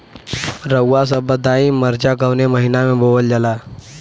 रउआ सभ बताई मरचा कवने महीना में बोवल जाला?